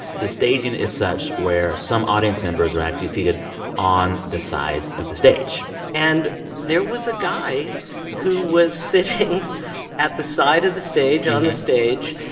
the staging is such where some audience members are actually seated on the sides of the stage and there was a guy who was sitting at the side of the stage, on the stage,